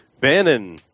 Bannon